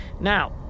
Now